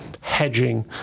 hedging